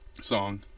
song